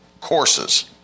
courses